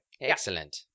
excellent